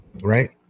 right